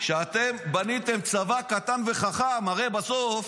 כשאתם בניתם צבא קטן וחכם, הרי בסוף